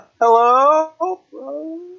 Hello